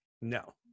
no